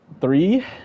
three